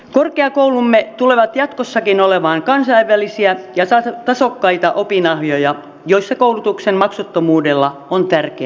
korkeakoulumme tulevat jatkossakin olemaan kansainvälisiä ja tasokkaita opinahjoja joissa koulutuksen maksuttomuudella on tärkeä sija